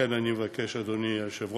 לכן אני מבקש, אדוני היושב-ראש,